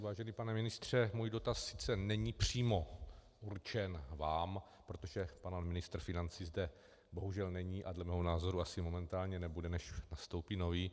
Vážený pane ministře, můj dotaz sice není přímo určen vám, protože pan ministr financí zde bohužel není a dle mého názoru asi momentálně nebude, než nastoupí nový.